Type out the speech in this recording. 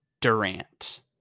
Durant